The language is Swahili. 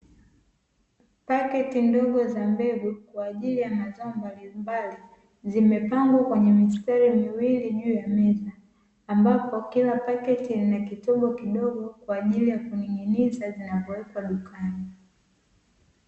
Paketi ndogo za mbegu kwa ajili ya mazao mbalimbali, zimepangwa kwenye mistari miwili juu ya meza, ambapo kila paketi ina kitobo kidogo kwa ajili ya kuning'iniza zinapowekwa dukani.